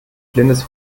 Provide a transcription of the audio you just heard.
blindes